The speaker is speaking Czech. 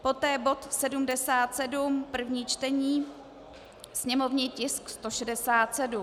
Poté bod 77 první čtení sněmovní tisk 167.